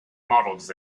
models